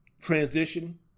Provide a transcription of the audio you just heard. transition